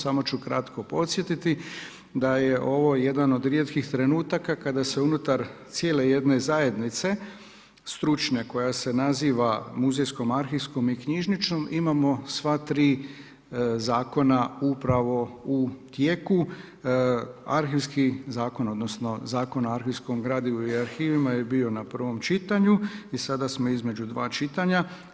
Samo ću kratko podsjetiti, da je ovo jedan od rijetkih trenutaka kada se unutar cijele jedne zajednice stručne koja se naziva muzejskom arhivskom i knjižničnom imamo dva tri zakona upravo u tijeku, Arhivski zakon odnosno Zakon o arhivskom gradivu i arhivima je bio na prvom čitanju i sada smo između dva čitanja.